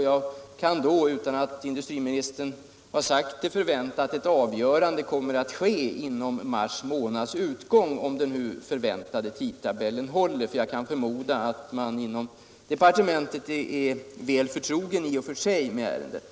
Då kan jag, utan att industriministern har sagt det, vänta mig att ett avgörande kommer att träffas före mars månads utgång, om nu tidtabellen håller, för jag förmodar att man inom departementet i och för sig är väl förtrogen med ärendet.